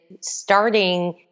starting